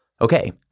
Okay